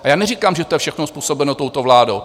A já neříkám, že je to všechno způsobeno touto vládou.